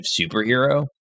superhero